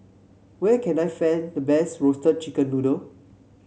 where can I find the best Roasted Chicken Noodle